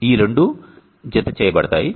ఈ రెండూ జత చేయబడతాయి